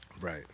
Right